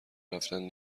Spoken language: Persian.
رفتن